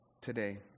today